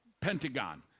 Pentagon